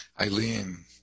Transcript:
Eileen